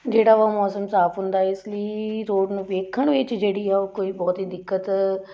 ਜਿਹੜਾ ਵਾ ਮੌਸਮ ਸਾਫ਼ ਹੁੰਦਾ ਇਸ ਲਈ ਰੋਡ ਨੂੰ ਵੇਖਣ ਵਿੱਚ ਜਿਹੜੀ ਆ ਉਹ ਕੋਈ ਬਹੁਤੀ ਦਿੱਕਤ